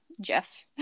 Jeff